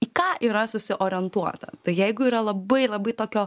į ką yra susiorientuota tai jeigu yra labai labai tokio